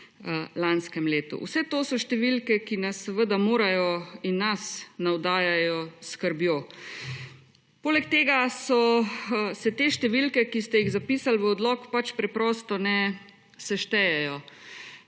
Vse to so številke, ki nas seveda morajo skrbeti in nas navdajajo s skrbjo. Poleg tega se te številke, ki ste jih zapisali v odlok, pač preprosto ne seštejejo.